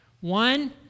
One